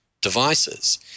devices